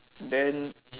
then